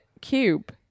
cube